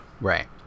Right